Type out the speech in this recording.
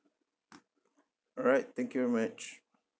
alright thank you very much